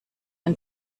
ein